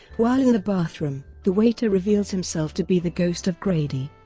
while in the bathroom, the waiter reveals himself to be the ghost of grady.